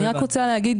אני חייב לציין